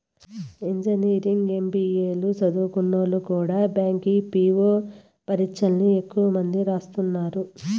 engineering, MBA లు సదుంకున్నోల్లు కూడా బ్యాంకి పీ.వో పరీచ్చల్ని ఎక్కువ మంది రాస్తున్నారు